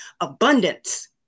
abundance